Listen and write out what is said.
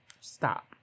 Stop